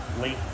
late